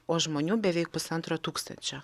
o žmonių beveik pusantro tūkstančio